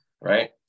Right